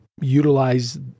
utilize